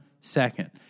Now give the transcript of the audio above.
second